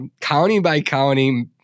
county-by-county